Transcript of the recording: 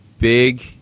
Big